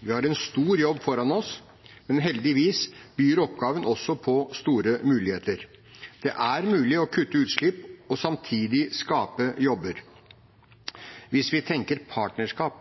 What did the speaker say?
Vi har en stor jobb foran oss, men heldigvis byr oppgaven også på store muligheter. Det er mulig å kutte utslipp og samtidig skape jobber hvis vi tenker partnerskap